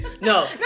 No